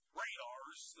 radars